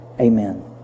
amen